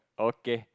okay